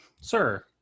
Sir